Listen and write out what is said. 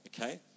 okay